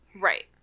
Right